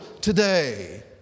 today